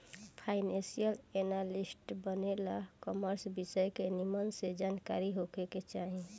financial analyst बने ला commerce विषय के निमन से जानकारी होखे के चाही